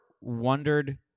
wondered